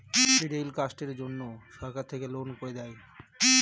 scheduled কাস্টের জন্য সরকার থেকে লোন করে দেয়